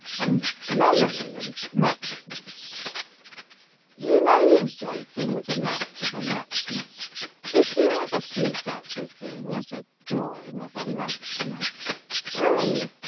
and memory, and muchness you know you say things are much of a muchness did you ever see such a thing as a drawing of a muchness really,